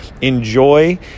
enjoy